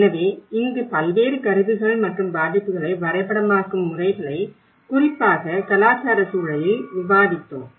எனவே இங்கு பல்வேறு கருவிகள் மற்றும் பாதிப்புகளை வரைபடமாக்கும் முறைகளை குறிப்பாக கலாச்சார சூழலில் விவாதித்தோம்